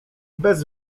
bez